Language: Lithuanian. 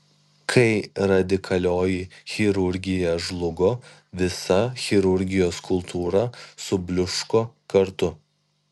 kai radikalioji chirurgija žlugo visa chirurgijos kultūra subliūško kartu